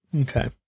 Okay